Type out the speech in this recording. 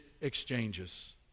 exchanges